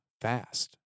fast